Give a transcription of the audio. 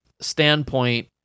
standpoint